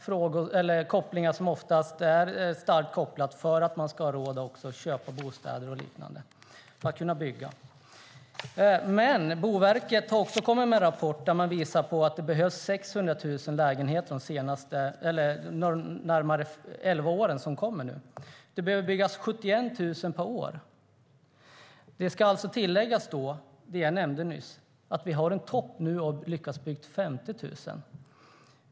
Det är saker som oftast är starkt kopplade till att man har råd att köpa bostäder och liknande och till att kunna bygga. Boverket har också kommit med en rapport där man visar att det behövs 600 000 lägenheter de närmaste elva år som kommer. Det behöver byggas 71 000 lägenheter per år. Det jag nämnde nyss ska tilläggas: Vi har en topp nu, då vi har lyckats bygga 50 000.